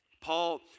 Paul